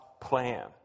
plan